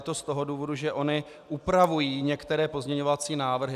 Je to z toho důvodu, že ony upravují některé pozměňovací návrhy.